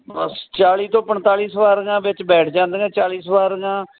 ਬਸ ਚਾਲੀ ਤੋਂ ਪਨਤਾਲੀ ਸਵਾਰੀਆਂ ਵਿੱਚ ਬੈਠ ਜਾਂਦੀਆਂ ਚਾਲੀ ਸਵਾਰੀਆਂ